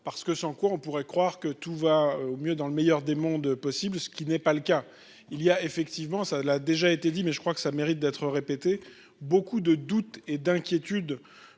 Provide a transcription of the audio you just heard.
parce que sans quoi on pourrait croire que tout va au mieux dans le meilleur des mondes possible ce qui n'est pas le cas il y a effectivement ça l'a déjà été dit, mais je crois que ça mérite d'être répété, beaucoup de doutes et d'inquiétudes.